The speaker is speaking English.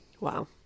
wow